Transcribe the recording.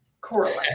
correlate